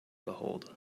behold